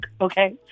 okay